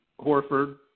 Horford